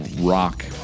rock